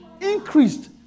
Increased